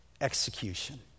execution